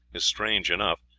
is strange enough,